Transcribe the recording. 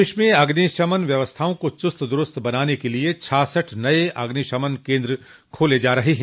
प्रदेश में अग्निशमन व्यवस्थाओं को चुस्त दुरूस्त बनाने के लिये छाछठ नये अग्निशमन केन्द्र खोले जा रहे हैं